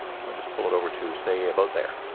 so i'll just pull it over to, say, about there.